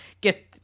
get